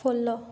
follow